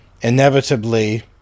inevitably